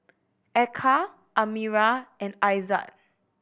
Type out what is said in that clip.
Eka Amirah and Aizat